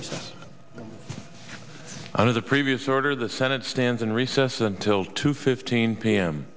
recess under the previous order the senate stands in recess until two fifteen p